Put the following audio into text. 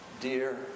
Dear